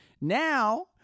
Now